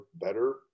better